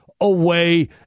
away